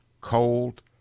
cold